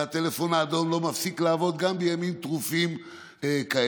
והטלפון האדום לא מפסיק לעבוד גם בימים טרופים כאלה.